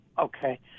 Okay